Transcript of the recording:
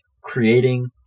creating